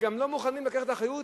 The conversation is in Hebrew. וגם לא מוכנים לקחת אחריות.